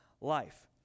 life